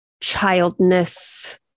childness